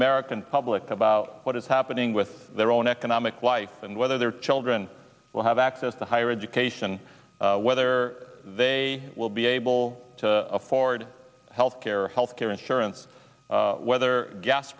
american public about what is happening with their own economic life and whether their children will have access to higher education whether they will be able to afford health care health care insurance whether gas